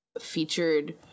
featured